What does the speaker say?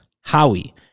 Howie